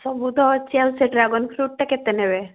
ସବୁ ତ ଅଛି ଆଉ ସେ ଡ୍ରାଗନ୍ ଫ୍ରୁଟ୍ଟା କେତେ ନେବେ